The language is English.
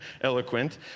eloquent